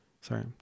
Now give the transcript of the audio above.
Sorry